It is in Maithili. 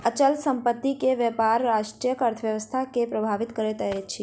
अचल संपत्ति के व्यापार राष्ट्रक अर्थव्यवस्था के प्रभावित करैत अछि